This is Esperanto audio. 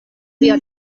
via